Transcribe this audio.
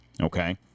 okay